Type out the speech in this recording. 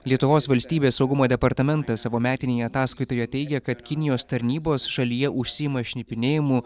lietuvos valstybės saugumo departamentas savo metinėje ataskaitoje teigia kad kinijos tarnybos šalyje užsiima šnipinėjimu